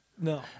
No